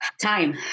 Time